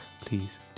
Please